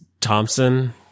Thompson